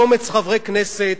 קומץ חברי כנסת,